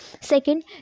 Second